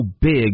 big